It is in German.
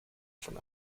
von